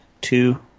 two